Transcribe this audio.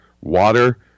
Water